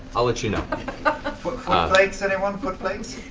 i'll let you know ah foot flakes anyone? foot flakes?